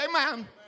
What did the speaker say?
Amen